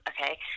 okay